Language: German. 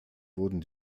wurden